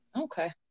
Okay